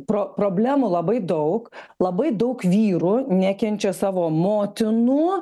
pro problemų labai daug labai daug vyrų nekenčia savo motinų